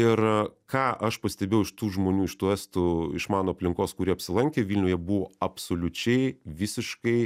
ir ką aš pastebėjau iš tų žmonių iš tų estų iš mano aplinkos kuri apsilankė vilniuje buvo absoliučiai visiškai